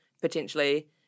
potentially